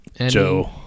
Joe